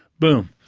boom'.